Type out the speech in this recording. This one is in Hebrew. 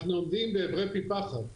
אנחנו עומדים בעברי פי פחת.